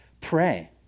pray